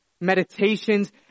meditations